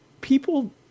People